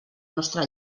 nostra